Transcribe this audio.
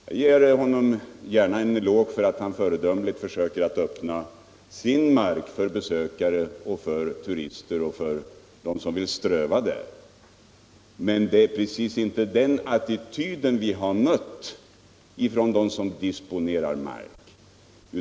Jag ger honom gärna en eloge för att han föredömligt försöker öppna sin mark för besökare, för turister och andra som vill ströva där. Men det är inte precis den attityden vi har mött från dem som disponerar mark.